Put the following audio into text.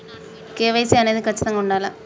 KYC అనేది ఖచ్చితంగా ఉండాలా?